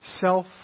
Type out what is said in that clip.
self